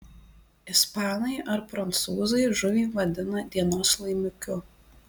ispanai ar prancūzai žuvį vadina dienos laimikiu